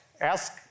ask